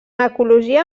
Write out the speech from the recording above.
ecologia